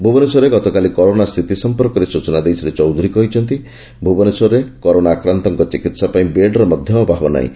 ଭୁବନେଶ୍ୱରରେ ଗତକାଲି କରୋନା ସ୍ଷିତି ସମ୍ମର୍କରେ ସ୍ରୂଚନା ଦେଇ ଶ୍ରୀ ଚୌଧୁରୀ କହିଛନ୍ତି ଭୁବନେଶ୍ୱରରେ କରୋନା ଆକ୍ରାନ୍ତଙ୍କ ଚିକିହା ପାଇଁ ବେଡ୍ର ଅଭାବ ନାହିଁ